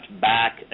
back